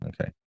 Okay